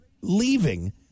leaving